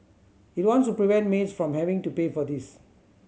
it wants to prevent maids from having to pay for this